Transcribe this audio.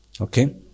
Okay